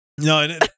No